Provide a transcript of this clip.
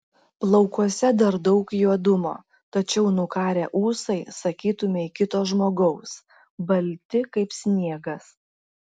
plaukuose dar daug juodumo tačiau nukarę ūsai sakytumei kito žmogaus balti kaip sniegas